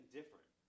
different